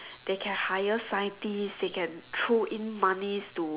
they can hire scientist they can throw in money to